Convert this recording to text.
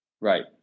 Right